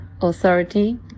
authority